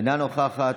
אינה נוכחת.